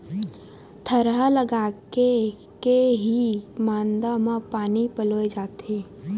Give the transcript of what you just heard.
थरहा लगाके के ही मांदा म पानी पलोय जाथे